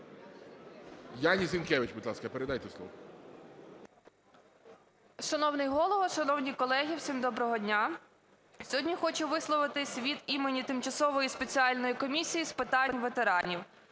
Яні Зінкевич, будь ласка, передайте слово. 10:09:03 ЗІНКЕВИЧ Я.В. Шановний Голово, шановні колеги, всім доброго дня! Сьогодні хочу висловитись від імені Тимчасової спеціальної комісії з питань ветеранів.